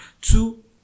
Two